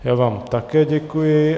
Já vám také děkuji.